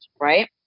right